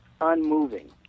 unmoving